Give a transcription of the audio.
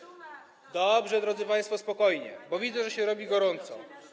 Dobrze, drodzy państwo, spokojnie, bo widzę, że robi się gorąco.